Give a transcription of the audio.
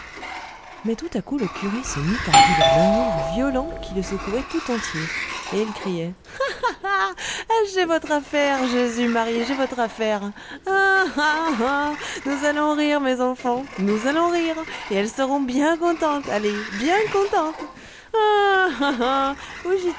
mais tout à coup le curé se mit à rire d'un rire violent qui le secouait tout entier et il criait ah ah ah j'ai votre affaire jésus marie j'ai votre affaire ah ah ah nous allons rire mes enfants nous allons rire et elles seront bien contentes allez bien contentes